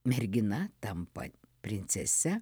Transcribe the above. mergina tampa princese